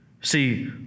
See